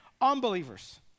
unbelievers